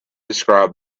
described